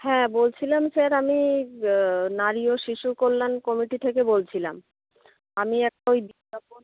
হ্যাঁ বলছিলাম স্যার আমি নারী ও শিশু কল্যাণ কমিটি থেকে বলছিলাম আমি একটা ওই বিজ্ঞাপন